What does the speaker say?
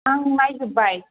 आं नायजोबबाय